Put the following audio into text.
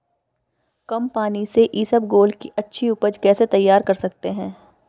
कम पानी से इसबगोल की अच्छी ऊपज कैसे तैयार कर सकते हैं?